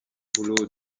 boulot